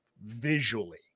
visually